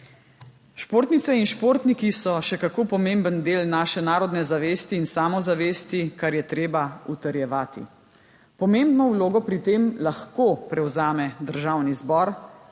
Športnice in športniki so še kako pomemben del naše narodne zavesti in samozavesti, kar je treba utrjevati. Pomembno vlogo pri tem lahko prevzame državni zbor,